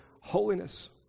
holiness